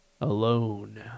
alone